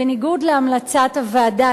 בניגוד להמלצת הוועדה,